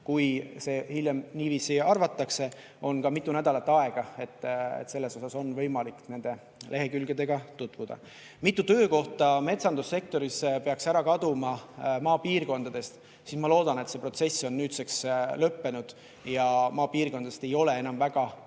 kui see hiljem niiviisi arvatakse, on ka mitu nädalat aega, selles mõttes on võimalik nende lehekülgedega tutvuda. Mitu töökohta metsandussektoris peaks ära kaduma maapiirkondadest? Ma loodan, et see protsess on nüüdseks lõppenud ja maapiirkondades ei ole enam väga neid